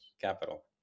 capital